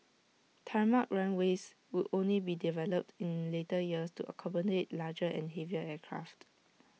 tarmac runways would only be developed in later years to accommodate larger and heavier aircraft